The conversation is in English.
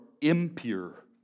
impure